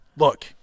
look